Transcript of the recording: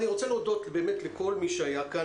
אני רוצה להודות לכל מי שהיה כאן,